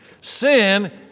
Sin